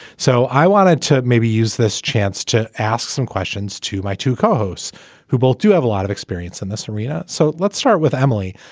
so i wanted to maybe use this chance to ask some questions questions to my two co-hosts who both do have a lot of experience in this arena. so let's start with emily.